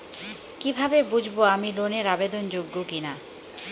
কীভাবে বুঝব আমি লোন এর আবেদন যোগ্য কিনা?